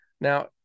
now